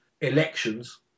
elections